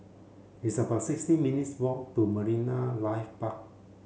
it's about sixteen minutes' walk to Marine Life Park